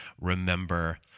remember